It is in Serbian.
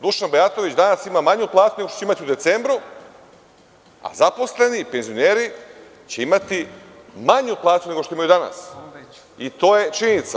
Dušan Bajatović danas ima manju platu nego što će imati u decembru, a zaposleni i penzioneri će imati manju platu nego što imaju danas i to je činjenica.